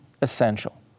essential